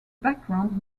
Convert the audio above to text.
background